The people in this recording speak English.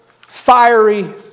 fiery